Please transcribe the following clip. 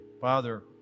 Father